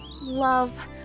Love